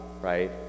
right